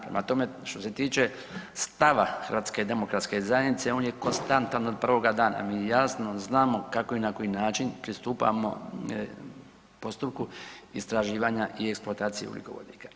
Prema tome, što se tiče stava HDZ-a, on je konstantan od prvoga dana, mi jasno znamo kako i na koji način pristupamo postupku istraživanja i eksploatacije ugljikovodika.